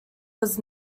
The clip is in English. was